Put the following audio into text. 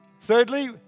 Thirdly